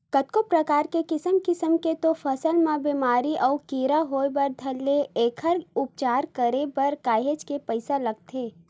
कतको परकार के किसम किसम के तो फसल म बेमारी अउ कीरा होय बर धर ले एखर उपचार करे बर काहेच के पइसा लगथे